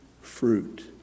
fruit